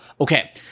Okay